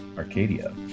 Arcadia